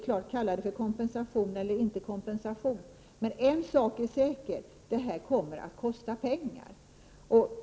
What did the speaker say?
Kalla det för kompensation eller inte, men en sak är säker: Detta kommer att kosta pengar.